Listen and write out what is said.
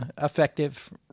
effective